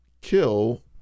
kill